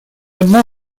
одна